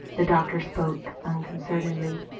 the doctor spoke unconcernedly.